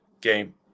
game